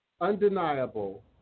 undeniable